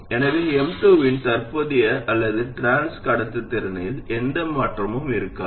எனவே M2 இன் தற்போதைய அல்லது டிரான்ஸ் கடத்துத்திறனில் எந்த மாற்றமும் இருக்காது